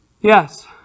yes